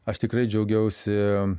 aš tikrai džiaugiausi